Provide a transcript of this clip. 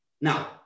Now